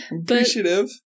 Appreciative